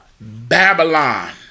Babylon